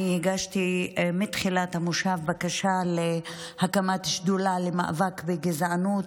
אני הגשתי בתחילת המושב בקשה להקמת שדולה למאבק בגזענות